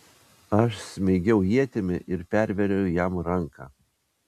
aš smeigiau ietimi ir pervėriau jam ranką